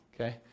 Okay